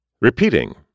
Repeating